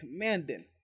commanding